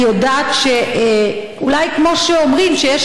אני יודעת שאולי, כמו שאומרים שיש